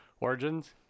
Origins